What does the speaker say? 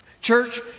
Church